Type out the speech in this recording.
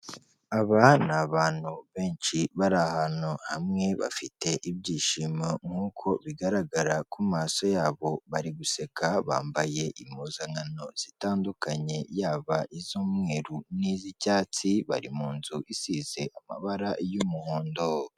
Aba ni abantu benshi bari ahantu hamwe, bafite ibyishimo nk'uko bigaragara ku maso yabo bari guseka, bambaye impuzankano zitandukanye, yaba iz'umweru n'iz'icyatsi, bari mu nzu isize amabara y'umuhondo.